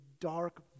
dark